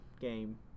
game